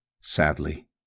Sadly